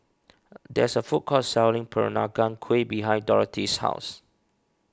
there is a food court selling Peranakan Kueh behind Dorthy's house